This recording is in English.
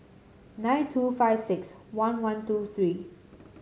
nine two five six one one two three